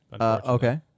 Okay